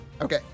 okay